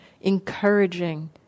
encouraging